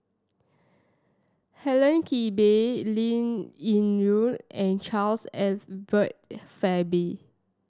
Helen Gilbey Linn In Ru and Charles Edward Faber